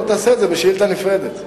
תעשה את זה בשאילתא נפרדת.